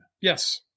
yes